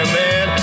man